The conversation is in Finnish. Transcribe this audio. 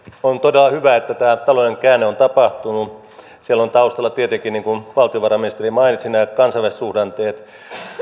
on todella hyvä että tämä talouden käänne on tapahtunut siellä on taustalla tietenkin niin kuin valtiovarainministeri mainitsi nämä kansainväliset suhdanteet